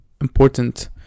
important